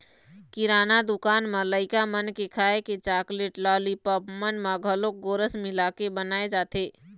किराना दुकान म लइका मन के खाए के चाकलेट, लालीपॉप मन म घलोक गोरस मिलाके बनाए जाथे